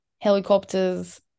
helicopters